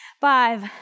Five